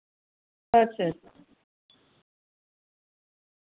अच्छा